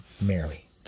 Mary